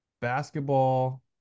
basketball